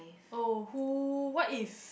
oh who what if